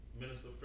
Minister